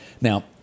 Now